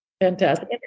Fantastic